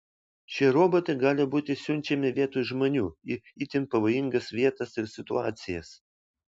šie robotai gali būti siunčiami vietoj žmonių į itin pavojingas vietas ir situacijas